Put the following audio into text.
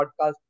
podcast